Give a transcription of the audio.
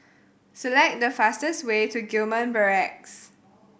select the fastest way to Gillman Barracks